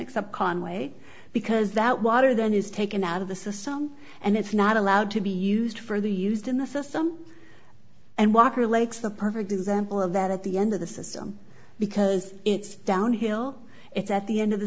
except conway because that water then is taken out of this is sound and it's not allowed to be used for the used in the system and walker lakes the perfect example of that at the end of the system because it's downhill it's at the end of the